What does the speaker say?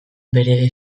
bere